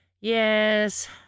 Yes